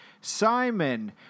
Simon